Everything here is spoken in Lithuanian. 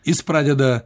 jis pradeda